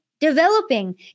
developing